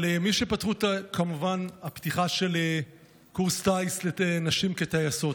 כמובן, הפתיחה של קורס טיס לנשים כטייסות.